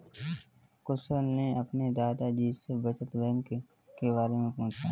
कुशल ने अपने दादा जी से बचत बैंक के बारे में पूछा